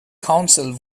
counsel